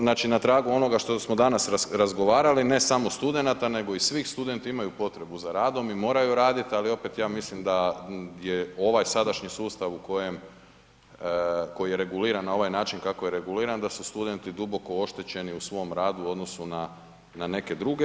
Znači na tragu onoga što smo danas razgovarali, ne samo studenata nego i svi studenti imaju potrebu za radom i moraju raditi, ali opet ja mislim da je ovaj sadašnji sustav u kojem, koji je reguliran na ovaj način kako je reguliran da su studenti duboko oštećeni u svom radu u odnosu na neke druge.